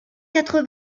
quatre